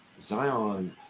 Zion